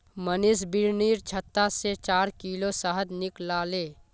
मनीष बिर्निर छत्ता से चार किलो शहद निकलाले